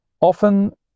often